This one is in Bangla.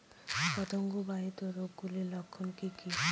পতঙ্গ বাহিত রোগ গুলির লক্ষণ কি কি?